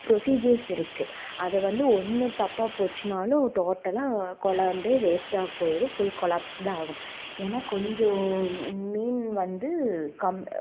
procedures இருக்குது அதை வந்து ஒன்று தப்பாக போச்சுனாலும் டோட்டலாக குழம்பே வேஸ்டாக போயிடும் ஃபுல் கொலாப்ஸ் தான் ஆகும் ஏன்னா கொஞ்சம் மீன் வந்து கம்